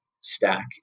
stack